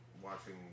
watching